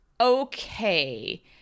Okay